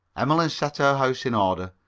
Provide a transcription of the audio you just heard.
emmeline set her house in order,